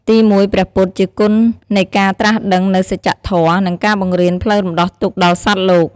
ទីមួយ ព្រះពុទ្ធ ជាគុណនៃការត្រាស់ដឹងនូវសច្ចធម៌ និងការបង្រៀនផ្លូវរំដោះទុក្ខដល់សត្វលោក។